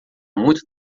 muito